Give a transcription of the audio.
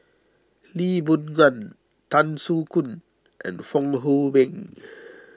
Lee Boon Ngan Tan Soo Khoon and Fong Hoe Beng